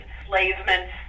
enslavement